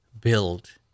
build